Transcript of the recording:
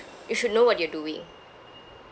you should know what you're doing